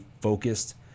focused